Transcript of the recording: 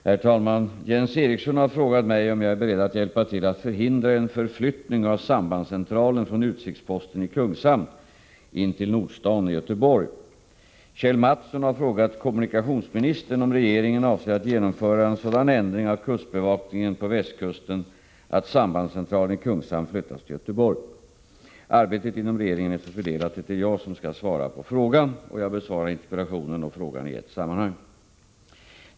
Herr talman! Jens Eriksson har frågat mig om jag är beredd att hjälpa till att förhindra en förflyttning av sambandscentralen från utsiktsposten i Kungshamn in till Nordstan i Göteborg. Kjell Mattsson har frågat kommunikationsministern om regeringen avser att genomföra en sådan ändring av kustbevakningen på västkusten att sambandscentralen i Kungshamn flyttas till Göteborg. Arbetet inom regeringen är så fördelat att det är jag som skall svara på frågan. Jag besvarar interpellationen och frågan i ett sammanhang.